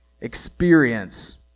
experience